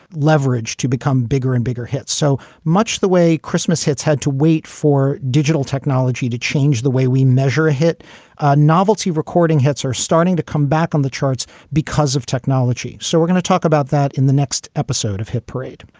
leverage to become bigger and bigger hit so much the way christmas hits had to wait for digital technology to change the way we measure hit novelty recording hits are starting to come back on the charts because of technology. so we're going to talk about that in the next episode of hit parade.